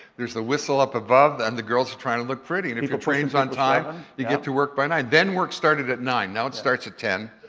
there's the whistle up above and the girls trying to look pretty and if the trains on time you get to work by nine. then, work started at nine zero, now it starts at ten